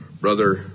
Brother